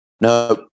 No